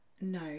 No